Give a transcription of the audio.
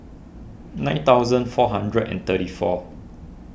nine thousand four hundred and thirty four